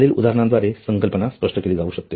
खालील उदाहरणाद्वारे संकल्पना स्पष्ट केली जाऊ शकते